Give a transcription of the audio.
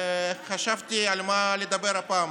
וחשבתי על מה לדבר הפעם.